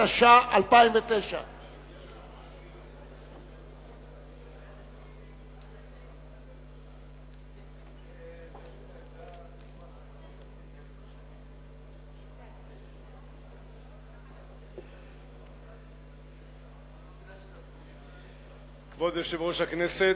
התש"ע 2009. כבוד יושב-ראש הכנסת,